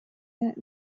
that